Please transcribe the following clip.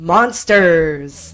Monsters